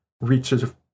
reaches